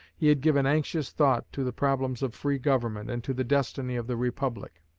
he had given anxious thought to the problems of free government, and to the destiny of the republic.